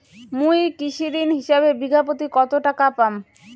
মুই কৃষি ঋণ হিসাবে বিঘা প্রতি কতো টাকা পাম?